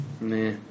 Nah